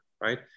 right